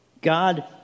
God